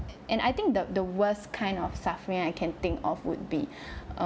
and I think the the worst kind of suffering I can think of would be